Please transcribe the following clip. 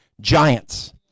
Giants